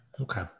okay